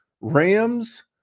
Rams